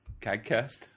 CADcast